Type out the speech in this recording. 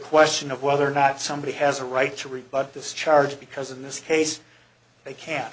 question of whether or not somebody has a right to rebut this charge because in this case they can't